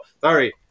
sorry